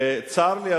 וצר לי,